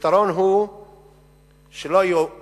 הפתרון הוא שלא יהיו התנחלויות,